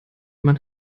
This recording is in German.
man